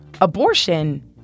abortion